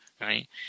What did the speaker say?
right